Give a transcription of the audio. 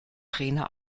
trainer